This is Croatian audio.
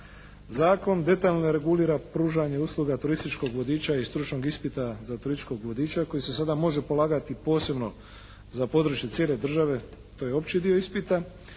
Zakon detaljno regulira pružanje usluga turističkog vodiča i stručnog ispita za turističkog vodiča koji se sada može polagati posebno za područje cijele države, to je opći dio ispita